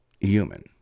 human